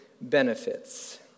benefits